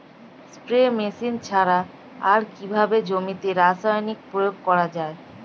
Spray machine ছাড়া আর কিভাবে জমিতে রাসায়নিক প্রয়োগ করা যায়?